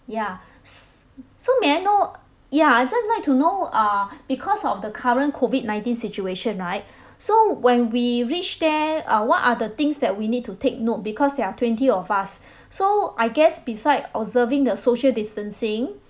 ya s~ so may I know ya I'd just like to know uh because of the current COVID nineteen situation right so when we reach there uh what are the things that we need to take note because there are twenty of us so I guess beside observing the social distancing